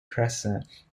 crescent